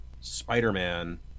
Spider-Man